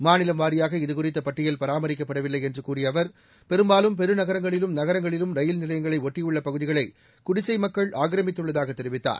மாநிலம் வாரியாக இதுகுறித்த பட்டியல் பராமரிக்கப்படவில்லை என்று கூறிய அவர் பெரும்பாலும் பெருநகரங்களிலும் நகரங்களிலும் ரயில் நிலையங்களை ஒட்டியுள்ள பகுதிகளை குடிசை மக்கள் ஆக்கிரமித்துள்ளதாக தெரிவித்தார்